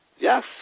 Yes